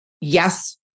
yes